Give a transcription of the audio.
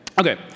Okay